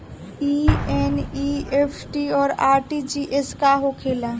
ई एन.ई.एफ.टी और आर.टी.जी.एस का होखे ला?